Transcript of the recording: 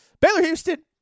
Baylor-Houston